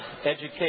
education